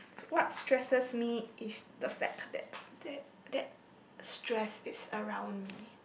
what stresses me is the fact that that that stress is around me